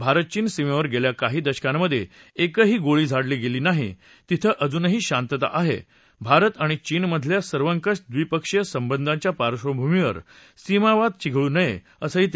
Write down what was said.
भारत चीन सीमेवर गेल्या काही दशकांमधे एकही गोळी झाडली गेली नाही तिथं अजूनही शांतता आहे भारत आणि चीनमधल्या सर्वकष ड्रिपक्षीय संबंधाच्या पार्धभूमीवर सीमावाद चिघळू नयेअसं ते म्हणाले